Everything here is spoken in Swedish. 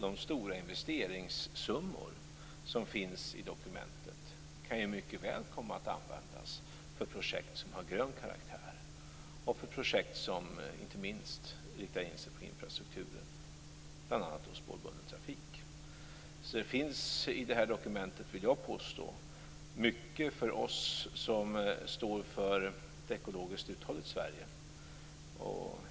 De stora investeringssummor som finns i dokumentet kan mycket väl komma att användas för projekt med grön karaktär, inte minst för projekt som riktar in sig på infrastrukturen, bl.a. spårbunden trafik. Jag vill alltså påstå att dokumentet innehåller mycket för oss som står för ett ekologiskt uthålligt Sverige.